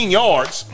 yards